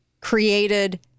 created